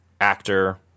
actor